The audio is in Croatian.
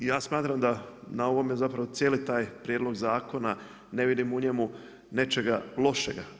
Ja smatram da na ovome, zapravo cijeli taj prijedlog zakona, ne vidim u njemu nečega lošega.